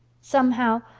somehow,